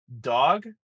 dog